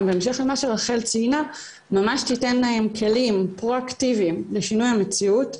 בהמשך למה שרחל ציינה ממש תיתן להם כלים פרו-אקטיביים לשינוי המציאות,